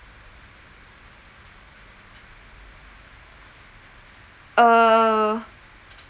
err